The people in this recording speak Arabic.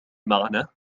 معنا